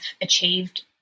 achieved